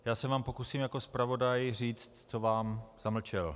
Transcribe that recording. Já se vám pokusím jako zpravodaj říct, co vám zamlčel.